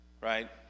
right